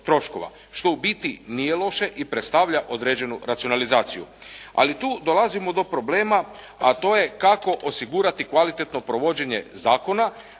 što ubiti nije loše i predstavlja određenu racionalizaciju. Ali tu dolazimo do problema, a to je kako osigurati kvalitetno provođenje zakona